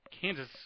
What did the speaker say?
Kansas